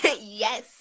yes